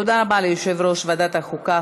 תודה רבה ליושב-ראש ועדת החוקה,